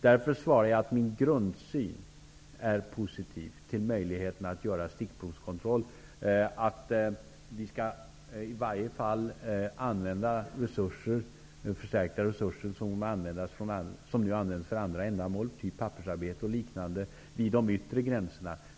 Därför svarar jag att min personliga grundsyn är positiv beträffande möjligheten att göra stickprovskontroll. Vi skall i varje fall använda de förstärkta resurser som nu tas i anspråk för andra ändamål -- för pappersarbete och liknande -- vid de yttre gränserna.